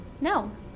No